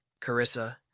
Carissa